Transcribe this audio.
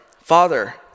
father